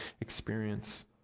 experience